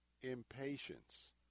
impatience